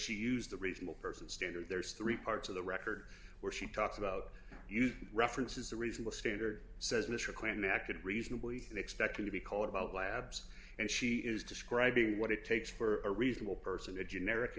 she used the reasonable person standard there's three parts of the record where she talks about you reference is a reasonable standard says mr clinton acted reasonably expected to be called about labs and she is describing what it takes for a reasonable person a generic